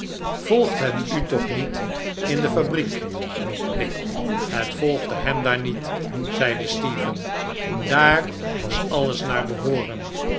volgt het u toch niet in de fabriek neen het volgde hem daar niet zeide stephen daar was alles naar behooren